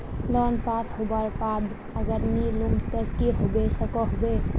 Loan पास होबार बाद अगर नी लुम ते की होबे सकोहो होबे?